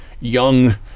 young